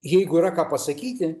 jeigu yra ką pasakyti